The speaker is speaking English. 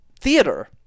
theater